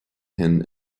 can